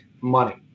money